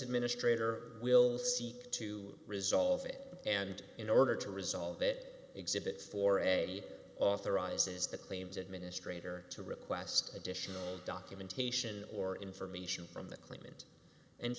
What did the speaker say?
administrator will seek to resolve it and in order to resolve it exhibits for a authorizes the claims administrator to request additional documentation or information from the claimant and